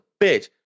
bitch